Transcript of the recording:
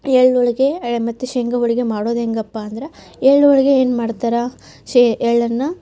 ಎಳ್ಳು ಹೋಳ್ಗೆ ಎ ಮತ್ತು ಶೇಂಗಾ ಹೋಳಿಗೆ ಮಾಡೋದು ಹೆಂಗಪ್ಪ ಅಂದ್ರೆ ಎಳ್ಳು ಹೋಳಿಗೆ ಏನು ಮಾಡ್ತಾರೆ ಶೇ ಎಳ್ಳನ್ನು